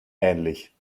ähnlich